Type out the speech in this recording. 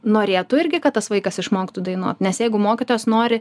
norėtų irgi kad tas vaikas išmoktų dainuot nes jeigu mokytojas nori